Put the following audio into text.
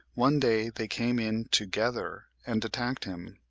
one day they came in together and attacked him.